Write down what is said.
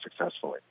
successfully